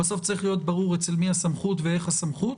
בסוף צריך להיות ברור אצל מי הסמכות ואיך הסמכות.